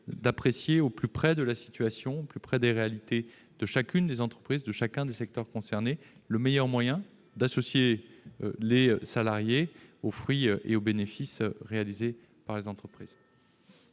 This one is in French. de trouver au plus près de la situation, des réalités de chacune des entreprises et de chacun des secteurs concernés le meilleur moyen d'associer les salariés aux fruits et aux bénéfices réalisés par les entreprises.